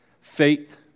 Faith